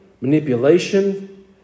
manipulation